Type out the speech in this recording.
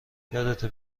یادته